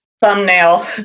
thumbnail